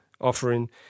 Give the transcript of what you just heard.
offering